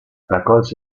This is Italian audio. raccolse